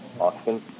Austin